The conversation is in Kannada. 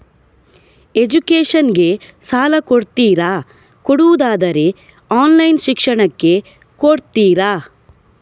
ಎಜುಕೇಶನ್ ಗೆ ಸಾಲ ಕೊಡ್ತೀರಾ, ಕೊಡುವುದಾದರೆ ಆನ್ಲೈನ್ ಶಿಕ್ಷಣಕ್ಕೆ ಕೊಡ್ತೀರಾ?